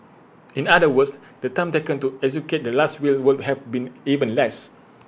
in other words the time taken to execute the Last Will would have been even less